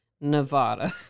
Nevada